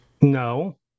No